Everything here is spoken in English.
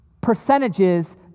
percentages